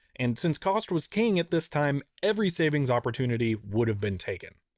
and since cost was king at this time, every savings opportunity would have been taken.